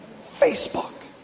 Facebook